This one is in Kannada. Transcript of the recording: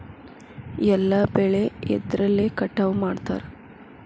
ಎಲ್ಲ ಬೆಳೆ ಎದ್ರಲೆ ಕಟಾವು ಮಾಡ್ತಾರ್?